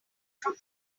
from